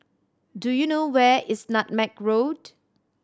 do you know where is Nutmeg Road